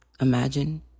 Imagine